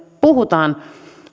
puhutaan